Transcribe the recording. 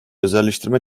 özelleştirme